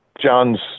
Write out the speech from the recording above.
John's